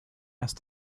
asked